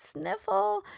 sniffle